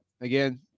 again